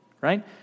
right